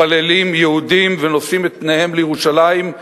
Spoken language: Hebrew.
מתפללים יהודים ונושאים את פניהם לירושלים,